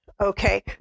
Okay